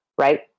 right